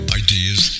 ideas